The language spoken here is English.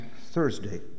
Thursday